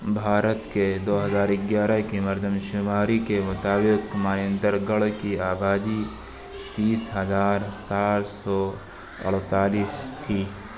بھارت کے دو ہزار گیارہ کی مردم شماری کے مطابق مانیندر گڑھ کی آبادی تیس ہزار سات سو اڑتالیس تھی